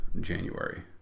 January